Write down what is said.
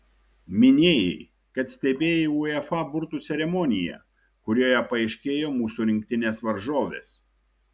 minėjai kad stebėjai uefa burtų ceremoniją kurioje paaiškėjo mūsų rinktinės varžovės